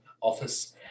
office